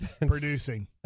producing